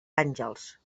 àngels